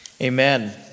Amen